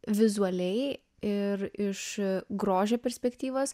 vizualiai ir iš grožio perspektyvos